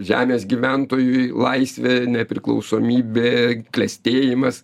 žemės gyventojui laisvė nepriklausomybė klestėjimas